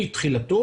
מתחילתו,